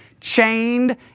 chained